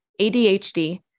ADHD